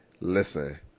listen